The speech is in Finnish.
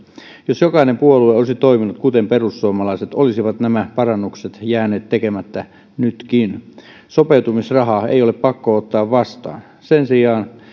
jos jokainen puolue olisi toiminut kuten perussuomalaiset olisivat nämä parannukset jääneet tekemättä nytkin sopeutumisrahaa ei ole pakko ottaa vastaan sen sijaan